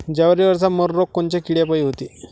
जवारीवरचा मर रोग कोनच्या किड्यापायी होते?